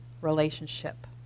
relationship